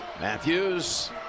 Matthews